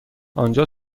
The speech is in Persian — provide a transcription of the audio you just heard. آنجا